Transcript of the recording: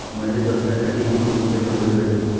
मले दसऱ्यासाठी कितीक रुपये कर्ज भेटन?